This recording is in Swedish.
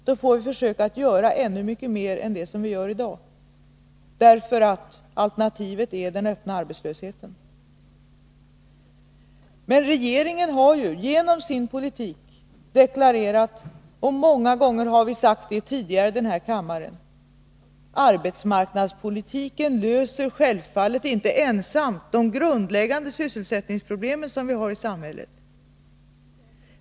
Vi får försöka att göra mycket mer än vi gör i dag, därför att alternativet är den öppna arbetslösheten. Regeringen har ju genom sin politik deklarerat och många gånger tidigare i denna kammare sagt att arbetsmarknadspolitiken självfallet inte ensam löser de grundläggande sysselsättningsproblem som vi har i samhället.